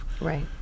Right